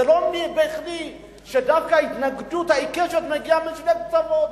זה לא בכדי שההתנגדות העיקשת מגיעה דווקא מהקצוות: